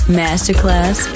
masterclass